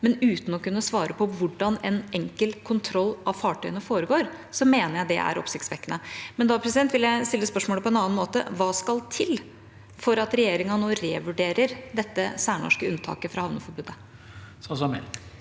men uten å kunne svare på hvordan en enkelt kontroll av fartøyene foregår, mener jeg det er oppsiktsvekkende. Da vil jeg stille spørsmålet på en annen måte: Hva skal til for at regjeringa nå revurderer dette særnorske unntaket fra havneforbudet?